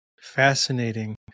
Fascinating